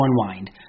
unwind